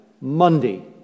Monday